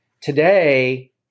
Today